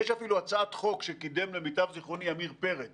יש אפילו הצעת חוק שקידם, למיטב זכרוני, עמיר פרץ